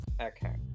Okay